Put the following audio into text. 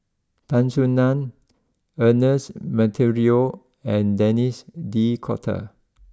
Tan Soo Nan Ernest Monteiro and Denis D'Cotta